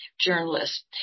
Journalists